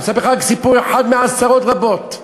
אני אספר לך רק סיפור אחד מעשרות רבות.